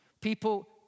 People